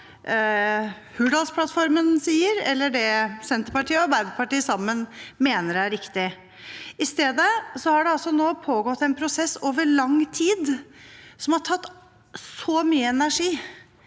Hurdalsplattformen sier, eller det Senterpartiet og Arbeiderpartiet sammen mener er riktig. I stedet har det nå pågått en prosess over lang tid, som har tatt så mye energi